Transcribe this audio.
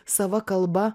sava kalba